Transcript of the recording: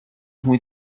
mój